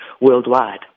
worldwide